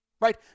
Right